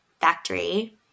factory